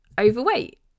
overweight